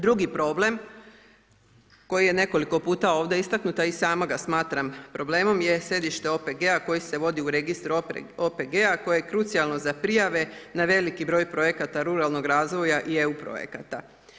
Drugi problem, koji je nekoliko puta ovdje istaknut a i sama ga smatram problema je sjedište OPG-a koji se vodi u registru OPG-a koji je krucijalan za prijave, na veliki broj projekata ruralnog razvoja i EU projekata.